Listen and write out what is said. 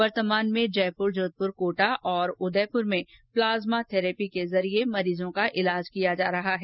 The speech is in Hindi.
वर्तमान में जयपुर जोधपुर कोटा और उदयपुर में प्लाज्मा थैरेपी के जरिये मरीजों का इलाज किया जा रहा है